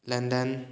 London